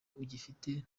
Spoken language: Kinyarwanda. ugifite